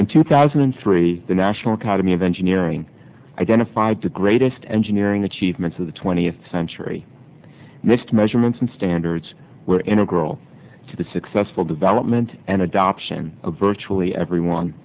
in two thousand and three the national academy of engineering identified the greatest engineering achievements of the twentieth century mr measurements and standards were integral to the successful development and adoption of virtually every one